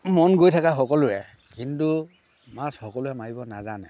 মন গৈ থকা সকলোৰে কিন্তু মাছ সকলোৱে মাৰিব নাজানে